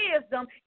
wisdom